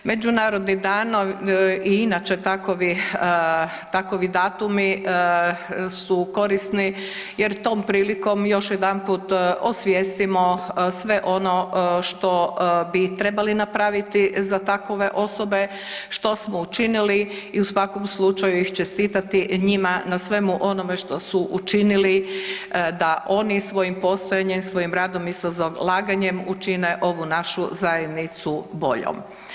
Međunarodnim danom i inače takovi datumi su korisni jer tom prilikom još jedanput osvijestimo sve ono što bi trebali napraviti za takove osobe, što smo učinili i u svakom slučaju im čestitati njima na svemu onome što su učinili da oni svojim postojanjem, svojim radom i sa zalaganjem učine ovu našu zajednicu boljom.